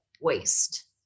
waste